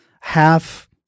half